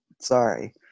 sorry